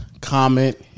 comment